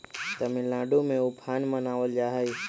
तमिलनाडु में उफान मनावल जाहई